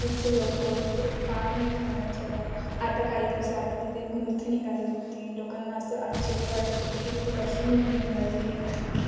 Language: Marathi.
तिथचे लोकं म्हणजे फार मोठ्या मनाचे आहे आता काही दिवसाआधी तिथे एक मूर्ती निघाली होती लोकांना असं आश्चर्य वाटत होतं की तिथे कशी मूर्ती निघाली